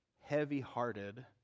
heavy-hearted